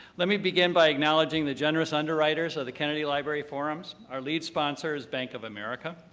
let me begin by acknowledging the generous underwriters of the kennedy library forums. our lead sponsor is bank of america,